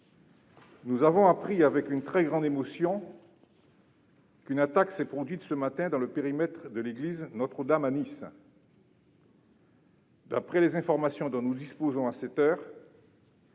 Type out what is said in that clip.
nous avons appris avec une très grande émotion qu'une attaque s'est produite, ce matin, dans le périmètre de la basilique Notre-Dame de Nice. D'après les informations dont nous disposons à cette heure,